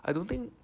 I don't think